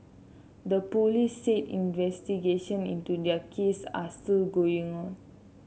the police said investigation into their cases are still going on